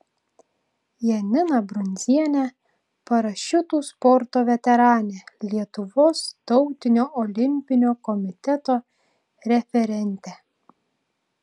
janiną brundzienę parašiutų sporto veteranę lietuvos tautinio olimpinio komiteto referentę